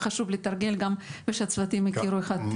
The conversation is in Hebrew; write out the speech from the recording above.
חשוב לתרגל כדי שהצוותים יכירו האחד את השני.